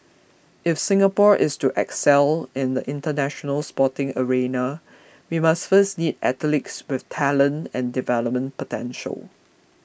if Singapore is to excel in the International Sporting arena we must first need athletes with talent and development potential